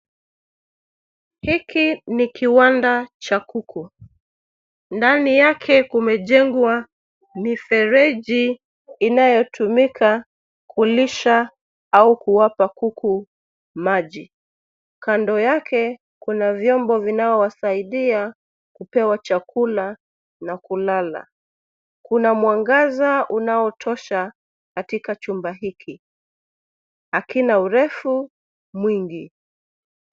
Hiki ni kiwanda cha kuku. Ndani yake kumejengwa mifereji inayotumika kulisha au kuwapa kuku maji. Kando yake, kuna vyombo vinaowasaidia kupewa chakula na kulala. Kuna mwangaza unaotosha katika chumba hiki. Hakina urefu mwingi.